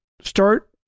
start